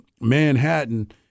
Manhattan